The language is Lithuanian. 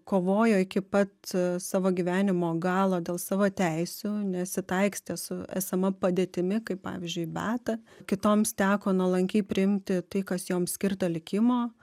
kovojo iki pat savo gyvenimo galo dėl savo teisių nesitaikstė su esama padėtimi kaip pavyzdžiui beata kitoms teko nuolankiai priimti tai kas joms skirta likimo